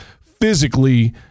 physically –